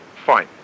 Fine